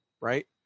right